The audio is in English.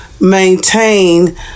maintain